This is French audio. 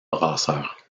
brasseurs